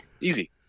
easy